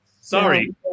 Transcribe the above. sorry